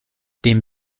dem